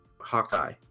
Hawkeye